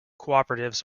cooperatives